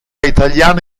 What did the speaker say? italiana